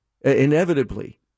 inevitably